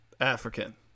African